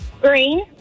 Green